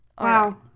wow